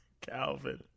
Calvin